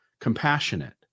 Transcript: compassionate